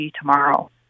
tomorrow